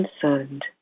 concerned